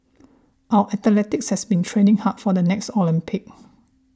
our athletes has been training hard for the next Olympics